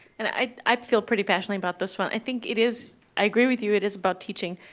and i i feel pretty passionately about this one. i think it is, i agree with you, it is about teaching.